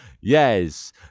Yes